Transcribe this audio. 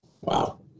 wow